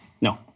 No